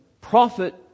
Prophet